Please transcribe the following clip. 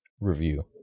review